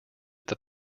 that